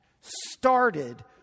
started